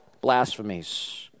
blasphemies